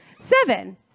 Seven